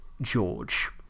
George